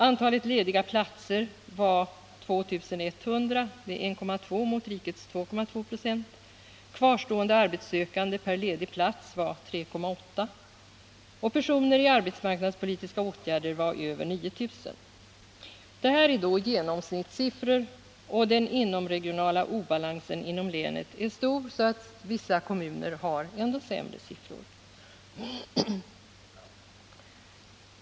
Antalet lediga platser var 2 100, dvs. 1,2 96 mot rikets 2,2 Ze, kvarstående arbetssökande per ledig plats var 3,8 och antalet personer som var föremål för arbetsmarknadspolitiska åtgärder översteg 9 000. Detta är då genomsnittsiffror. Den inomregionala obalansen inom länet är stor. Vissa kommuner uppvisar ännu sämre siffror.